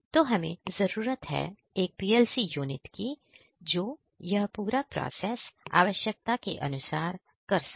तो हमें जरूरत है एक PLC यूनिट की जो यह पूरा प्रोसेस आवश्यकता के अनुसार कर सके